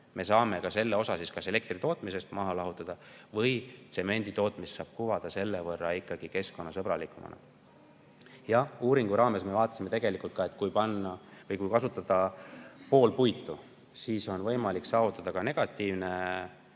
me saame ka selle osa elektritootmisest maha lahutada ja tsemenditootmist saab kuvada selle võrra keskkonnasõbralikumana. Selle uuringu raames me arvestasime tegelikult ka, et kui kasutada poole ulatuses puitu, siis on võimalik saavutada ka negatiivne